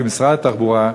כמשרד התחבורה,